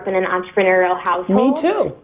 but an entrepreneurial household. me too.